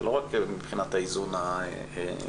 זה לא רק מבחינת האיזון המגדרי.